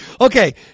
Okay